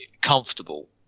comfortable